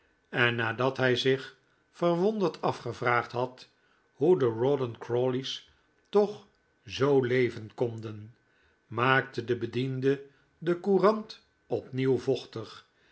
en nadat hij zich verwonderd afgevraagd had hoe de rawdon crawley's toch zoo leven konden maakte de bediende de courant opnieuw vochtig